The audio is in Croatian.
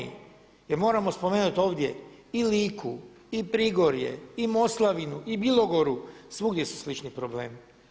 Jer moramo spomenut ovdje i Liku i Prigorje i Moslavinu i Bilogoru, svugdje su slični problemi.